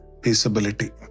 peaceability